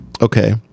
Okay